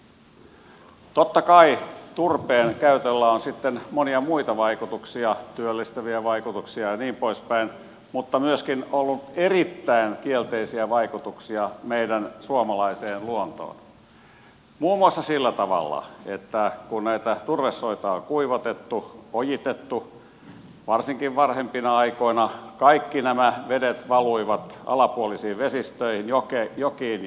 totta kai turpeen käytöllä on sitten monia muita vaikutuksia työllistäviä vaikutuksia ja niin poispäin mutta myöskin ollut erittäin kielteisiä vaikutuksia meidän suomalaiseen luontoon muun muassa sillä tavalla että kun turvesoita on kuivatettu ojitettu varsinkin varhempina aikoina kaikki nämä vedet valuivat alapuolisiin vesistöihin jokiin ja järviin